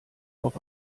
auf